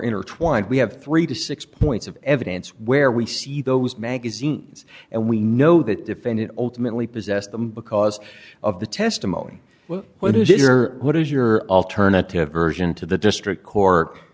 intertwined we have three to six points of evidence where we see those magazines and we know that defendant ultimately possessed them because of the testimony what is your what is your alternative version to the district cork